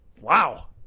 Wow